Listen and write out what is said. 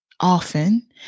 often